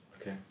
Okay